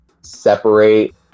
separate